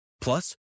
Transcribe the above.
Plus